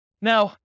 Now